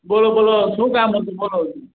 બોલો બોલો શું કામ હતું બોલો